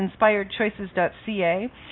inspiredchoices.ca